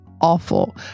awful